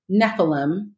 Nephilim